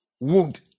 wound